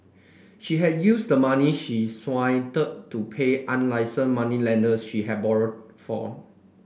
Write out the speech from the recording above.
she had use the money she swindled to pay unlicensed moneylenders she have borrowed form